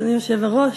אדוני היושב-ראש,